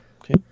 Okay